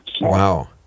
Wow